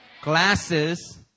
Glasses